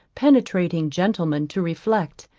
penetrating gentlemen to reflect,